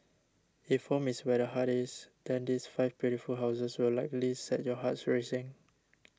if home is where the heart is then these five beautiful houses will likely set your hearts racing